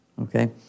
okay